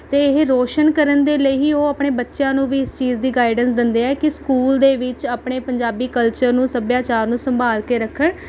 ਅਤੇ ਇਹ ਰੌਸ਼ਨ ਕਰਨ ਦੇ ਲਈ ਹੀ ਉਹ ਆਪਣੇ ਬੱਚਿਆਂ ਨੂੰ ਵੀ ਇਸ ਚੀਜ਼ ਦੀ ਗਾਈਡੈਂਸ ਦਿੰਦੇ ਹੈ ਕਿ ਸਕੂਲ ਦੇ ਵਿੱਚ ਆਪਣੇ ਪੰਜਾਬੀ ਕਲਚਰ ਨੂੰ ਸੱਭਿਆਚਾਰ ਨੂੰ ਸੰਭਾਲ ਕੇ ਰੱਖਣ